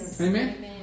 Amen